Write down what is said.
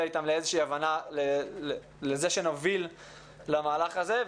להגיע איתם לאיזושהי הבנה, לזה שנוביל למהלך הזה.